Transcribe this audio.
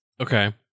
Okay